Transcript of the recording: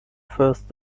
first